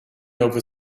nova